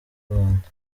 rwanda